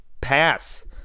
pass